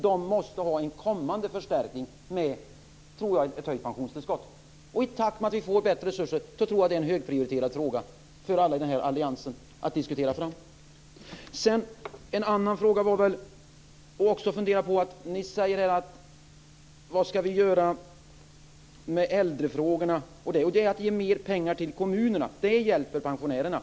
De måste få en kommande förstärkning med, tror jag, ett höjt pensionstillskott. I takt med att vi får bättre resurser tror jag att det är en högprioriterad fråga för alla i alliansen att diskutera fram. En annan fråga att fundera på är detta med att ni undrar vad vi ska göra med äldrefrågorna - att ge mer pengar till kommunerna hjälper pensionärerna.